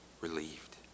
relieved